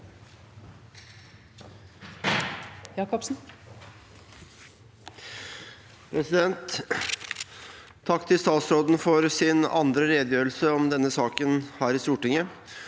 Takk til statsråden for hennes andre redegjørelse om denne saken her i Stortinget.